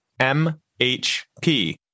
MHP